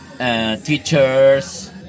Teachers